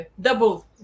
double